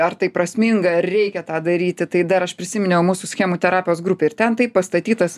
ar tai prasminga ar reikia tą daryti tai dar aš prisiminiau mūsų schemų terapijos grupę ir ten taip pastatytas